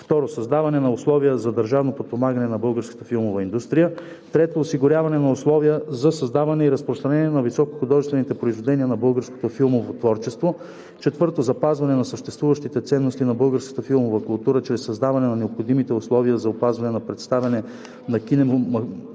2. създаване на условия за държавно подпомагане на българската филмова индустрия; 3. осигуряване на условия за създаване и разпространение на високохудожествените произведения на българското филмово творчество; 4. запазване на съществуващите ценности на българската филмова култура чрез създаване на необходимите условия за опазване и представяне на кинематографичното